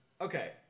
Okay